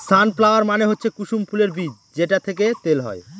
সান flower মানে হচ্ছে কুসুম ফুলের বীজ যেটা থেকে তেল হয়